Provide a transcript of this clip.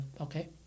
okay